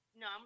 no